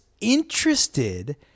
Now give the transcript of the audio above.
interested